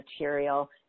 material